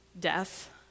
death